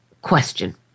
Question